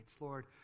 Lord